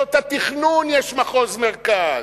ברשויות התכנון יש מחוז מרכז.